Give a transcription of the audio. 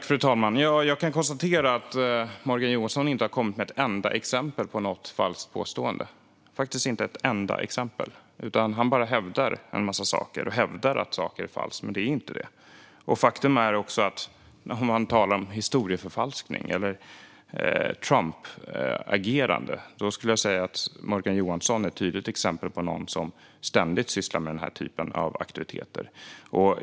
Fru talman! Jag kan konstatera att Morgan Johansson inte har kommit med ett enda exempel på något falskt påstående. Han bara hävdar en massa saker och hävdar att saker är falska, men de är inte det. Eftersom det talades om historieförfalskning eller Trumpagerande skulle jag vilja säga att Morgan Johansson är ett tydligt exempel på någon som ständigt sysslar med denna typ av aktiviteter.